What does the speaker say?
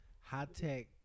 high-tech